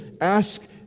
Ask